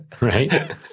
right